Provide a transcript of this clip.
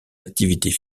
activités